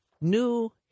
new